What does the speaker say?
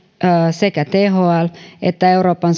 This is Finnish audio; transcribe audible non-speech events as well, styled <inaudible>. sekä thl että euroopan <unintelligible>